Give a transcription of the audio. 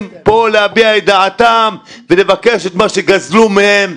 פה להביע את דעתם ולבקש את מה שגזלו מהם.